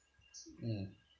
mm